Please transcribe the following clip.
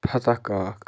کاک